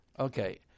Okay